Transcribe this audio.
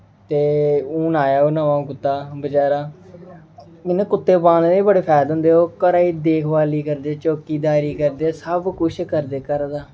ते हून आया नमां कुत्ता बचैरा मतलब कुत्ते पालने दे बी बड़े फायदे होंदे ओह् घरै दी देखभाल करदे चौकीदारी करदे सब कुछ करदे घरै दा